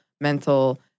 mental